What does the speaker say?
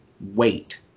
wait